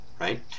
right